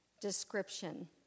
description